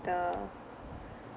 the